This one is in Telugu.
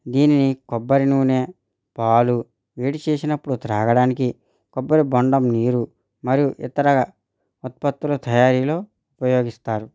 దీనిని కొబ్బరి నూనె పాలు వేడి చేసినపుడు త్రాగడానికి కొబ్బరి బొండం నీరు మరియు ఇతర ఉత్పత్తుల తయారీలో ఉపయోగిస్తారు